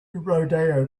rodeo